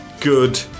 Good